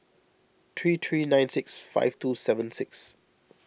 three three nine six five two seven six